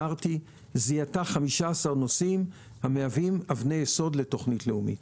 וזיהתה 15 נושאים המהווים אבני יסוד לתוכנית לאומית.